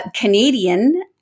Canadian